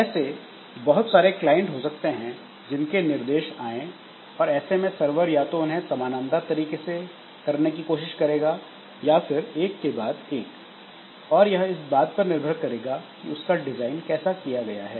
ऐसे बहुत सारे क्लाइंट हो सकते हैं जिनके निर्देश आए और ऐसे में सर्वर या तो उन्हें समानांतर तरीके से करने की कोशिश करेगा या फिर एक के बाद एक और यह इस बात पर निर्भर करेगा कि उसका डिजाइन कैसा किया गया है